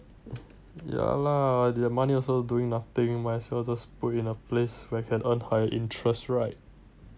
ya lah the money also doing nothing might as well just put it in a place where can earn higher interest right